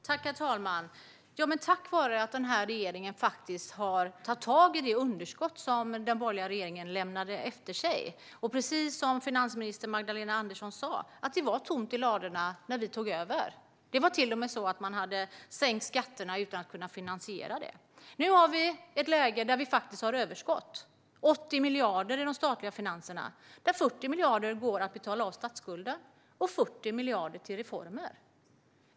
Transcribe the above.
Herr talman! Denna regering har tagit tag i det underskott som den borgerliga regeringen lämnade efter sig. Precis som finansminister Magdalena Andersson sa var det tomt i ladorna när vi tog över. Det var till och med så att man hade sänkt skatterna utan att kunna finansiera det. Nu har vi ett läge där vi faktiskt har överskott - 80 miljarder i de statliga finanserna. 40 miljarder går till att betala av på statsskulden, och 40 miljarder går till reformer.